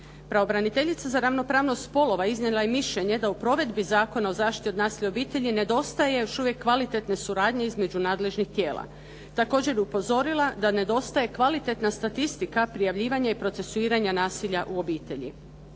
Pravobranitelja za ravnopravnost spolova iznijela je mišljenje da u provedbi Zakona o zaštiti od nasilja u obitelji nedostaje još uvijek kvalitetne suradnje između nadležnih tijela. Također je upozorila da nedostaje kvalitetna statistika prijavljivanja i procesuiranja nasilja u obitelji.